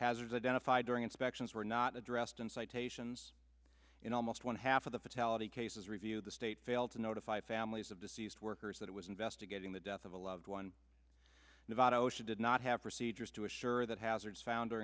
hazards identified during inspections were not addressed and citations in almost one half of the fatality cases reviewed the state failed to notify families of deceased workers that it was investigating the death of a loved one the votto she did not have procedures to assure that hazards founder